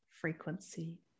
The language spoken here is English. frequency